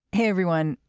hey everyone.